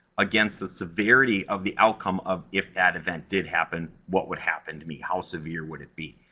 against the severity of the outcome of if that event did happen, what would happen to me? how severe would it be?